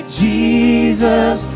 jesus